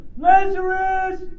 Lazarus